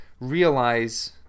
realize